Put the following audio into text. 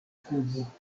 kubo